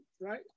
right